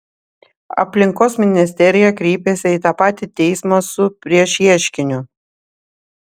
aplinkos ministerija kreipėsi į tą patį teismą su priešieškiniu